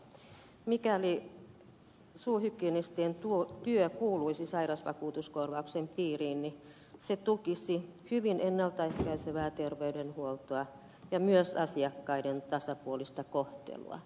mikäli suuhygienistien työ kuuluisi sairausvakuutuskorvauksen piiriin se tukisi hyvin ennalta ehkäisevää terveydenhuoltoa ja myös asiakkaiden tasapuolista kohtelua